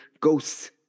Ghosts